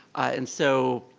and so,